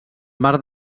mar